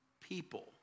people